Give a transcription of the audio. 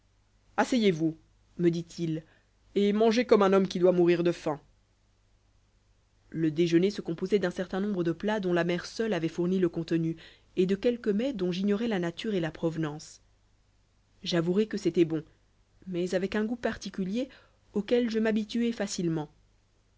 asseyez-vous me dit-il et mangez comme un homme qui doit mourir de faim le déjeuner se composait d'un certain nombre de plats dont la mer seule avait fourni le contenu et de quelques mets dont j'ignorais la nature et la provenance j'avouerai que c'était bon mais avec un goût particulier auquel je m'habituai facilement